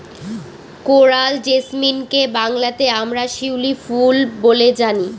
coral জেসমিনকে বাংলাতে আমরা শিউলি ফুল বলে জানি